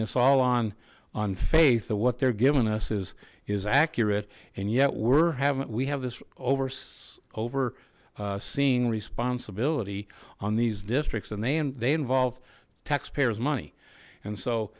this all on on faith of what they're giving us is is accurate and yet we're haven't we have this over over seeing responsibility on these districts and then they involved taxpayers money and so